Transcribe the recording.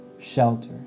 shelter